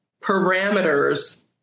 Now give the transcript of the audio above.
parameters